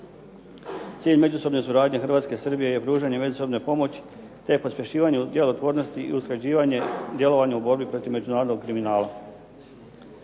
Cilj međusobne suradnje Hrvatske i Srbije je pružanje međusobne pomoći te pospješivanje u djelotvornosti i usklađivanje djelovanja u borbi protiv međunarodnog kriminala.